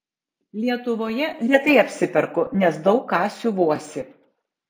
lietuvoje retai apsiperku nes daug ką siuvuosi